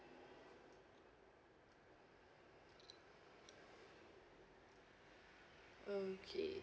okay